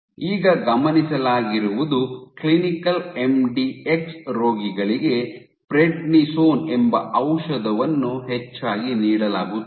ಈಗ ಗಮನಿಸಲಾಗಿರುವುದು clinical MDX ರೋಗಿಗಳಿಗೆ ಪ್ರೆಡ್ನಿಸೋನ್ ಎಂಬ ಔಷಧವನ್ನು ಹೆಚ್ಚಾಗಿ ನೀಡಲಾಗುತ್ತದೆ